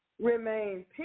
Remain